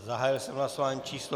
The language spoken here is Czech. Zahájil jsem hlasování číslo 212.